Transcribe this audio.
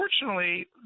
unfortunately